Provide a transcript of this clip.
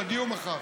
תגיעו מחר,